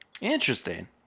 Interesting